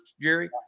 Jerry